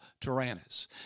Tyrannus